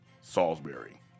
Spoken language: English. Salisbury